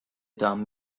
دام